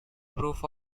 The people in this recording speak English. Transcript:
proof